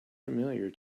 familiar